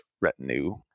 retinue